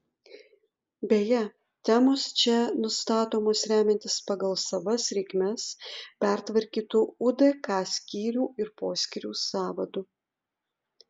beje temos čia nustatomos remiantis pagal savas reikmes pertvarkytu udk skyrių ir poskyrių sąvadu